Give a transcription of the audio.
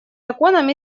законом